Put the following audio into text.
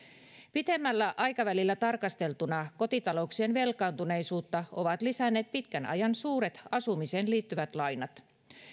pitemmällä aikavälillä tarkasteltuna kotitalouksien velkaantuneisuutta ovat lisänneet pitkän ajan suuret asumiseen liittyvät lainat